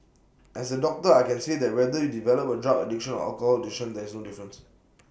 as A doctor I can say that whether you develop A drug addiction or alcohol addiction there is no difference